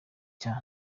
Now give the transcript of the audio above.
cya